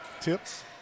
Tips